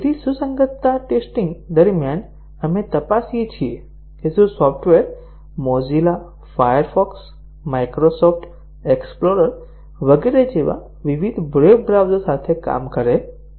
સુસંગતતા ટેસ્ટીંગ દરમિયાન આપણે તપાસીએ છીએ કે શું software Mozilla Firefox Microsoft Explorer વગેરે જેવા વિવિધ વેબ બ્રાઉઝર્સ સાથે કામ કરે છે